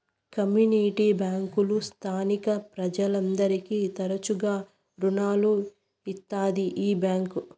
community బ్యాంకులు స్థానిక ప్రజలందరికీ తరచుగా రుణాలు ఇత్తాది ఈ బ్యాంక్